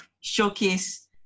showcase